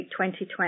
2020